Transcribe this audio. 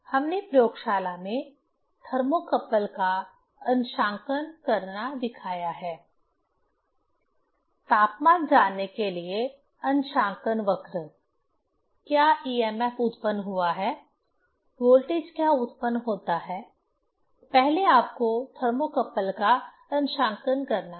हमने प्रयोगशाला में थर्मोकपल का अंशांकन करना दिखाया है तापमान जानने के लिए अंशांकन वक्र क्या ई एम एफ उत्पन्न हुआ है वोल्टेज क्या उत्पन्न होता है पहले आपको थर्मोकपल का अंशांकन करना है